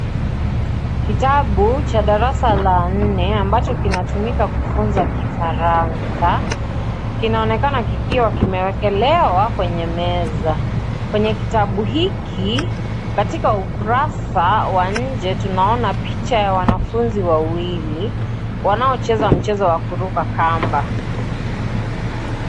Kitabu cha darasa la nne ambacho kinatumika kufunza kifaranza ,kinaonekana kikiwa kimewekelewa kwenye meza, kwenye kitabu hiki katika ukurasa wa nje tunaona picha ya wanafunzi wawili wanao cheza mchezo wa kuruka kamba.